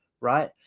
Right